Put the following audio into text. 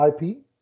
IP